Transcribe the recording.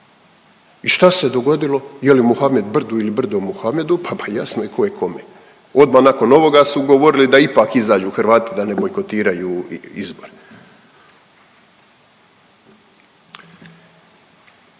I šta se dogodilo, je li Muhamed brdu ili brdo Muhamedu, pa, pa jasno je ko je kome. Odma nakon ovoga su govorili da ipak izađu Hrvati, da ne bojkotiraju izbore.